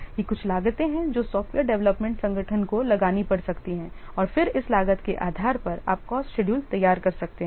ये कुछ लागतें हैं जो सॉफ़्टवेयर डेवलपमेंट संगठन को लगानी पड़ सकती हैं और फिर इस लागत के आधार पर आप कॉस्ट शेड्यूल तैयार कर सकते हैं